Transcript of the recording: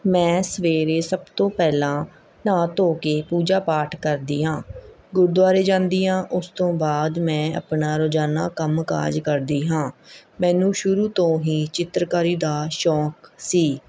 ਮੈਂ ਸਵੇਰੇ ਸਭ ਤੋਂ ਪਹਿਲਾਂ ਨਾਹ ਧੋ ਕੇ ਪੂਜਾ ਪਾਠ ਕਰਦੀ ਹਾਂ ਗੁਰਦੁਆਰੇ ਜਾਂਦੀ ਹਾਂ ਉਸ ਤੋਂ ਬਾਅਦ ਮੈਂ ਆਪਣਾ ਰੋਜ਼ਾਨਾ ਕੰਮ ਕਾਜ ਕਰਦੀ ਹਾਂ ਮੈਨੂੰ ਸ਼ੁਰੂ ਤੋਂ ਹੀ ਚਿੱਤਰਕਾਰੀ ਦਾ ਸ਼ੌਂਕ ਸੀ